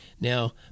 Now